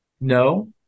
No